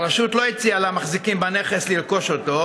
הרשות לא הציעה למחזיקים בנכס לרכוש אותו,